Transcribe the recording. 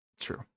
true